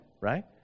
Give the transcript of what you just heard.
right